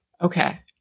Okay